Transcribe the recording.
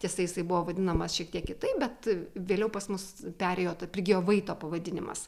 tiesa jisai buvo vadinamas šiek tiek kitaip bet vėliau pas mus perėjo ta prigijo vaito pavadinimas